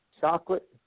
chocolate